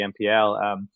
NPL